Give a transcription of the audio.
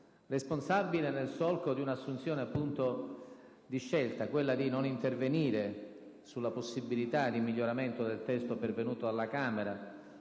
responsabile, nel solco di una scelta, quella di non intervenire sulla possibilità di miglioramento del testo pervenuto dalla Camera,